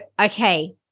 okay